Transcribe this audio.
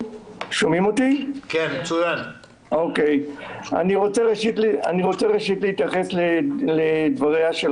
אני רוצה ראשית להתייחס לדבריה של